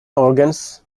organs